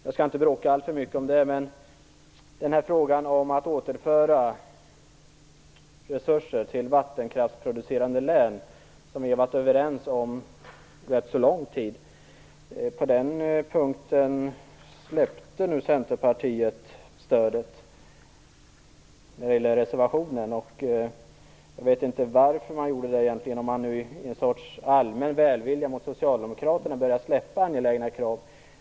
Jag skall inte bråka alltför mycket om detta, men i fråga om att återföra resurser till vattenkraftsproducerande län - som vi har varit överens om rätt lång tid - släppte Centerpartiet stödet för reservationen. Jag vet inte varför man gjorde det: Är det av en sorts välvilja mot Socialdemokraterna som man börjar släppa angelägna krav?